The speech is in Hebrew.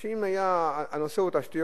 אמרו שאם הנושא הוא תשתיות,